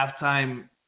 halftime